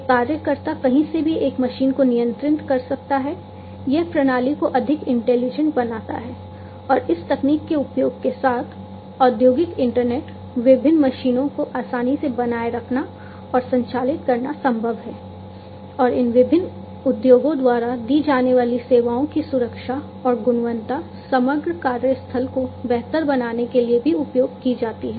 एक कार्यकर्ता कहीं से भी एक मशीन को नियंत्रित कर सकता है यह प्रणाली को अधिक इंटेलिजेंट बनाता है और इस तकनीक के उपयोग के साथ औद्योगिक इंटरनेट विभिन्न मशीनों को आसानी से बनाए रखना और संचालित करना संभव है और इन विभिन्न उद्योगों द्वारा दी जाने वाली सेवाओं की सुरक्षा और गुणवत्ता समग्र कार्यस्थल को बेहतर बनाने के लिए भी उपयोग की जाती है